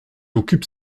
occupe